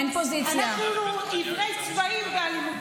אנחנו עיוורי צבעים באלימות שוטרים.